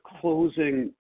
closing